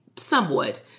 Somewhat